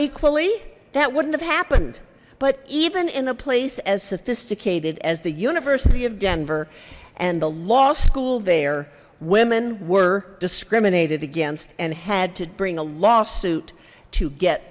equally that wouldn't have happened but even in a place as sophisticated as the university of denver and the law school there women were discriminated against and had to bring a lawsuit to get